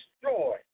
destroy